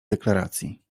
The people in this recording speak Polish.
deklaracji